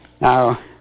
Now